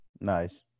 nice